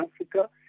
Africa